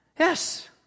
Yes